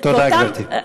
תודה, גברתי.